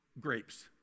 grapes